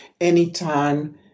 anytime